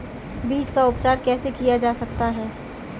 बीज का उपचार कैसे किया जा सकता है?